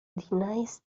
denies